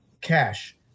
cash